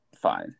Fine